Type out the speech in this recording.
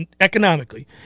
economically